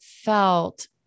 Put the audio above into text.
felt